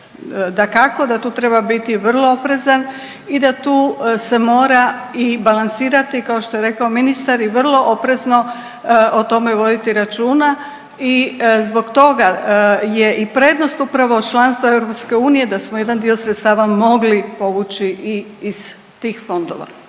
Dakako da tu treba biti vrlo oprezan i da tu se mora i balansirati i kao što je rekao ministar i vrlo oprezno o tome voditi računa. I zbog toga je i prednost upravo članstva EU da smo jedan dio sredstava mogli povući i iz tih fondova.